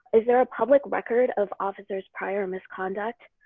is there a public record of officers prior misconduct?